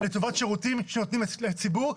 לטובת שירותים שנותנים לציבור,